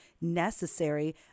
necessary